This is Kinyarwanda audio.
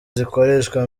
zikoreshwa